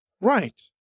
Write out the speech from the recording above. Right